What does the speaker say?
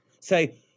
Say